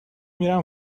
میرم